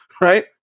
right